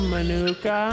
Manuka